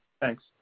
Thanks